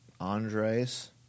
Andres